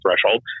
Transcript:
threshold